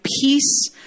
peace